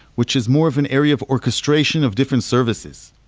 which is more of an area of orchestration of different services.